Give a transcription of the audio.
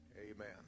Amen